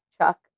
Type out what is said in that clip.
Chuck